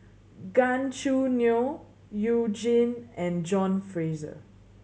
Gan Choo Neo You Jin and John Fraser